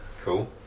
Cool